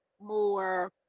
more